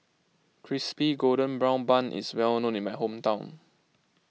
Crispy Golden Brown Bun is well known in my hometown